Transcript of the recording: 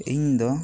ᱤᱧ ᱫᱚ